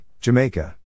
Jamaica